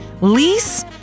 lease